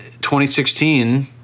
2016